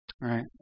Right